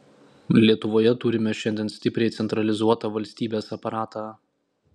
lietuvoje turime šiandien stipriai centralizuotą valstybės aparatą